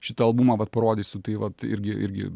šitą albumą vat parodysiu tai vat irgi irgi